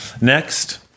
Next